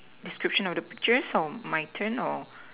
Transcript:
description of picture or my turn or